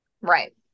Right